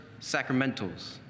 sacramentals